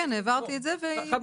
כן, העברתי את זה ויתייחס.